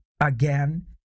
again